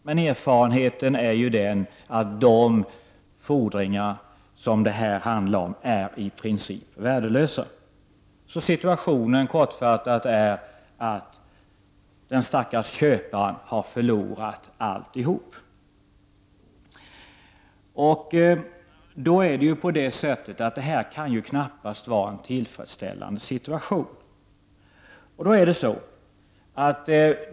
Men erfarenheten är ju den att de fordringar som det här handlar om är i princip värdelösa. Situationen är alltså kortfattat den att den stackars köparen har förlorat alltihop. Det här kan knappast vara en tillfredsställande situation.